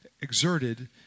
exerted